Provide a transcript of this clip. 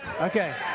Okay